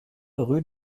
rue